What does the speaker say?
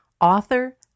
author